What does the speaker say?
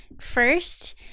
First